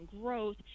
growth